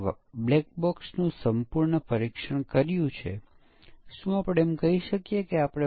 યુનિટને કેટલાક વૈશ્વિક ચલો અને તેથી વધુની જરૂર પડી શકે છે ડ્રાઇવર પાસે જે હાજર હશે